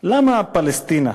למה פלסטינה?